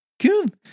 Good